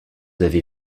avez